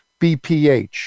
BPH